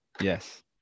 Yes